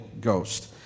Ghost